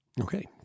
Okay